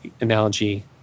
analogy